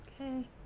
Okay